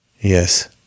Yes